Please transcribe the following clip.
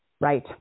Right